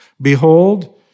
Behold